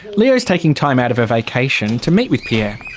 leo's taking time out of a vacation to meet with pierre.